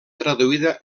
traduïda